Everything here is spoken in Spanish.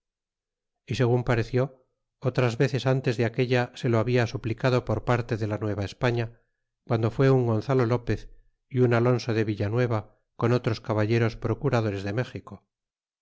y segun pareció otras veces ntes de aquella se o habla suplicado por parte de la nueva españa guando fué un gonzalo lopez y un alonso de villanueva con otros caballeros procuradores de méxico